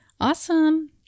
Awesome